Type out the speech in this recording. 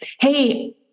Hey